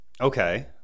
Okay